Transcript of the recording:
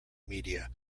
media